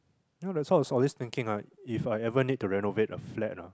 no there a sort of thinking right if I ever need to renovate a flat ah